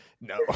No